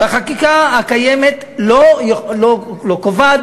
והחקיקה הקיימת לא קובעת,